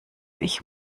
ich